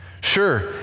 Sure